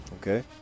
Okay